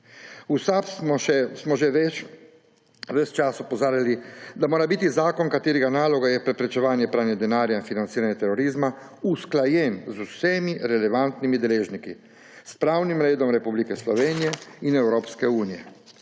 V SAB smo že ves čas opozarjali, da mora biti zakon, katerega naloga je preprečevanje pranja denarja in financiranje terorizma, usklajen z vsemi relevantnimi deležniki, s pravnim redom Republike Slovenije in Evropske unije.